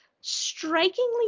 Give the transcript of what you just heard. strikingly